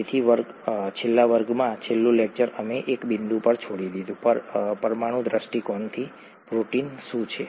તેથી છેલ્લા વર્ગમાં છેલ્લું લેક્ચર અમે એક બિંદુ પર છોડી દીધું પરમાણુ દૃષ્ટિકોણથી પ્રોટીન શું છે